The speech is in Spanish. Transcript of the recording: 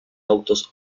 autos